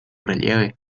relieve